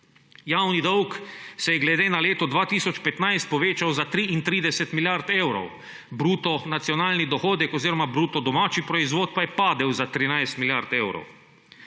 Javni dolg se je glede na leto 2015 povečal za 33 milijard evrov, bruto nacionalni dohodek oziroma bruto domači proizvod pa je padel za 13 milijard evrov.